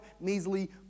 measly